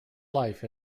life